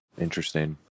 Interesting